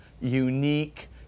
unique